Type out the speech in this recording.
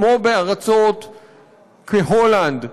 כמו בארצות כהולנד,